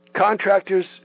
Contractors